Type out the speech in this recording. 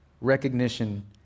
recognition